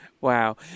Wow